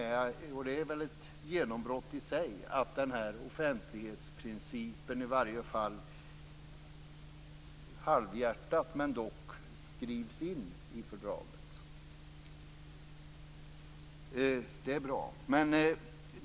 Det är väl ett genombrott i sig att offentlighetsprincipen i alla fall - om än halvhjärtat - skrivs in i fördraget. Det är bra.